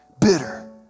Bitter